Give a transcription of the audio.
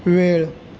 वेळ